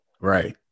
Right